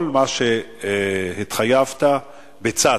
וכל מה שהתחייבת, ביצעת.